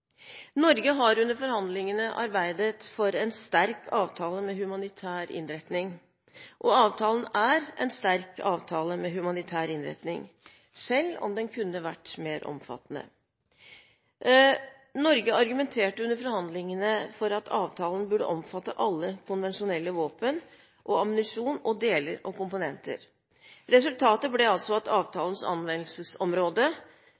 Norge har under forhandlingene arbeidet for en sterk avtale med humanitær innretning. Og avtalen er en sterk avtale med humanitær innretning – selv om den kunne vært mer omfattende. Norge argumenterte under forhandlingene for at avtalen burde omfatte alle konvensjonelle våpen og ammunisjon – og deler og komponenter. Resultatet ble altså at